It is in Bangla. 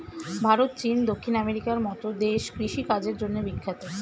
ভারত, চীন, দক্ষিণ আমেরিকার মতো দেশ কৃষি কাজের জন্যে বিখ্যাত